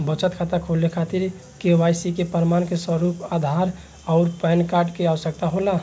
बचत खाता खोले के खातिर केवाइसी के प्रमाण के रूप में आधार आउर पैन कार्ड के आवश्यकता होला